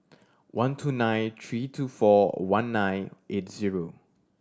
one two nine three two four one nine eight zero